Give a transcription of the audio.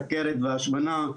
סוכרת והשמנה,